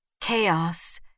chaos